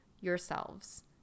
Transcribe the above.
yourselves